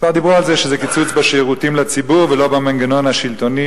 כבר דיברו על זה שזה קיצוץ בשירותים לציבור ולא במנגנון השלטוני,